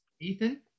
Ethan